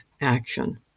action